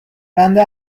بنده